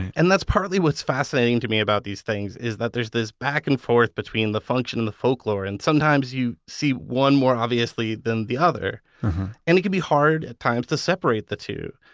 and that's partly what's fascinating to me about these things, is that there's this back and forth between the function and the folklore. and sometimes you see one more obviously than the other and it can be hard at times to separate the two.